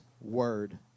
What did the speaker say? word